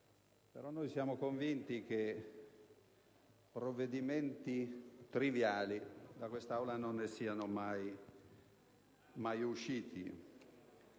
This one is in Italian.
però siamo convinti che provvedimenti triviali da questa Aula non ne siano mai usciti.